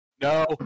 No